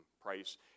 price